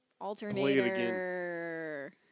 Alternator